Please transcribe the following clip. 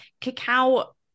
cacao